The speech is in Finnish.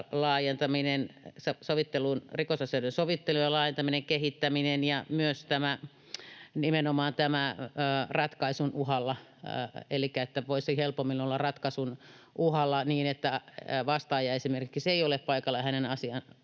osastolla — rikosasioiden sovittelun laajentaminen, kehittäminen ja myös menomaan tämä ”ratkaisun uhalla”, elikkä että voisi helpommin olla ratkaisun uhalla niin, että vastaaja esimerkiksi ei ole paikalla ja hänen